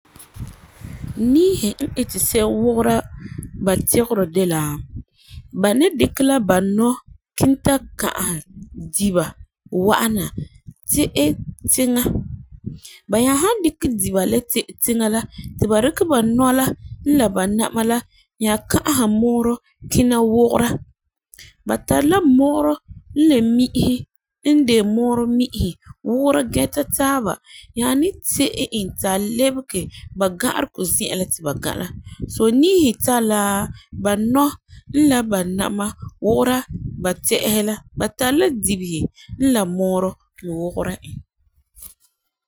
Niihi n iti se'em wugera ba tegerɔ de la ba ni dikɛ la ba nɔ kiŋɛ ta ka'asɛ diba wa'ana tɛ'ɛ tiŋa. Ba nya san dikɛ Dina la tɛ'ɛ tiŋa ti ba dikɛ ba nɔ la n la ba nama la n nya ka'asɛ muurɔ nya kina wugera. Ba tari la muurɔ n la mi'isi n de muurɔ mi'isi wugera geta taaba nya ni tɛ'ɛ e ta lebege ba ga'aregɔ zi'an la ti ba gã la. So niihi tari la ba nɔ la ba nama wugera ba tɛ'ɛhi la ba tari la dibesi n la muurɔ wugera.e